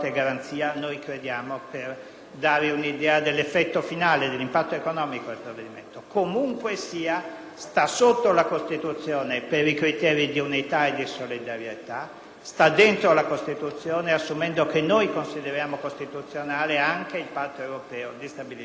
dare un'idea dell'effetto finale dell'impatto economico del provvedimento. Comunque sia, sta sotto la Costituzione per i criteri di unità e di solidarietà e sta dentro la Costituzione, assumendo che consideriamo costituzionale anche il Patto europeo di stabilità e crescita.